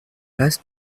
passe